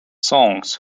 songs